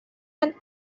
and